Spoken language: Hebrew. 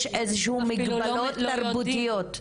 יש איזשהן מגבלות תרבותיות.